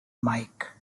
mike